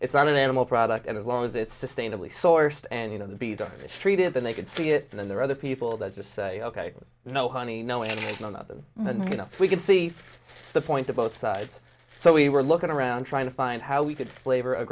it's not an animal product and as long as it's sustainably sourced and you know the be the mistreated then they could see it and then there are other people that just say ok you know honey knowing none of them and you know we can see the point to both sides so we were looking around trying to find how we could flavor